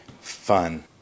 fun